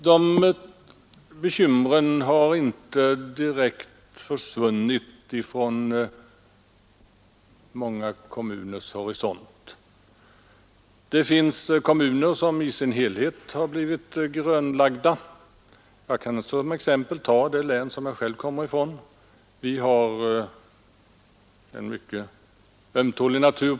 Dessa farhågor har inte helt försvunnit från många kommuners horisont. Det finns kommuner som i sin helhet har blivit ”grönlagda”. Jag kan som exempel ta det län som jag själv kommer från. Vi har på Öland en mycket ömtålig natur.